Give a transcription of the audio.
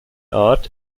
art